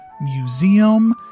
museum